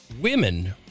women